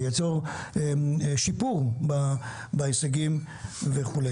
שיפור בהישגים וכו'.